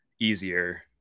easier